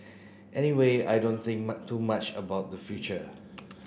anyway I don't think too much about the future